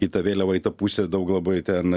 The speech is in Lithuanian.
į tą vėliavą į tą pusę daug labai ten